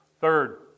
Third